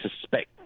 suspect